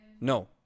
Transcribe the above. No